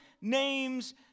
name's